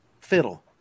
fiddle